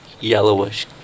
yellowish